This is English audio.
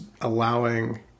allowing